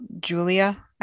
julia